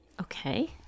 Okay